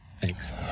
Thanks